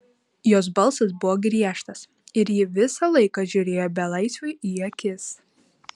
jos balsas buvo griežtas ir ji visą laiką žiūrėjo belaisviui į akis